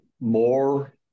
more